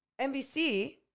nbc